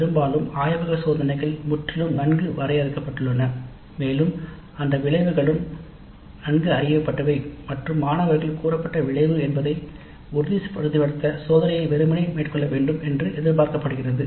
பெரும்பாலும் ஆய்வக சோதனைகள் முற்றிலும் நன்கு வரையறுக்கப்பட்டுள்ளன மேலும் அதன் விளைவுகளும் நன்கு அறியப்பட்டவை மற்றும் மாணவர்கள் கூறப்பட்ட விளைவு என்பதை உறுதிப்படுத்த சோதனையை வெறுமனே மேற்கொள்ள வேண்டும் என்று எதிர்பார்க்கப்படுகிறது